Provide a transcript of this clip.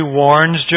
warns